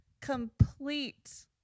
complete